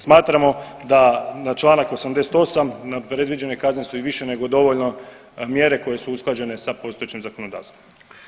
Smatramo da na članak 88. predviđene kazne su i više nego dovoljno, mjere koje su usklađene sa postojećim zakonodavstvom.